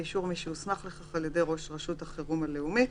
באישור מי שהוסמך לכך על ידי ראש רשות החירום הלאומית,